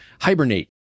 hibernate